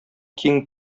киң